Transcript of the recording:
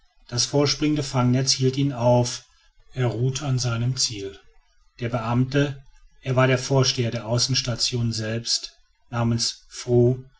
das vorspringende fangnetz hielt ihn auf er ruhte an seinem ziel der beamte es war der vorsteher der außenstation selbst namens